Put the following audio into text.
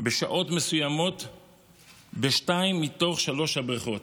בשעות מסוימות בשתיים מתוך שלוש הבריכות,